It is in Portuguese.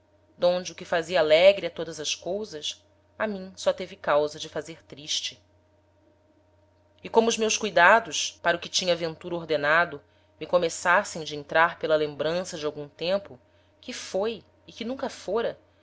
d'onde o que fazia alegre a todas as cousas a mim só teve causa de fazer triste e como os meus cuidados para o que tinha a ventura ordenado me começassem de entrar pela lembrança de algum tempo que foi e que nunca fôra